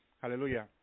hallelujah